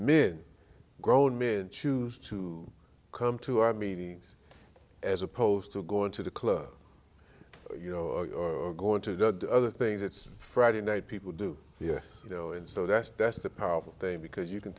min grown men choose to come to our meetings as opposed to going to the club you know or going to other things it's friday night people do you know and so that's that's the powerful thing because you can